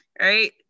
right